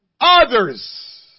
others